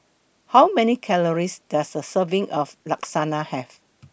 How Many Calories Does A Serving of Lasagna Have